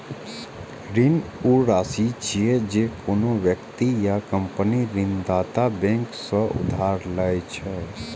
ऋण ऊ राशि छियै, जे कोनो व्यक्ति या कंपनी ऋणदाता बैंक सं उधार लए छै